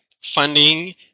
funding